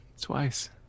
twice